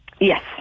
Yes